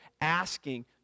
asking